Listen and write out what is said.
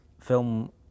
film